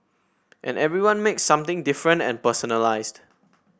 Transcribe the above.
and everyone makes something different and personalised